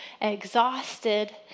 exhausted